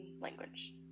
language